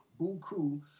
Buku